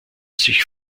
sich